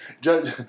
Judge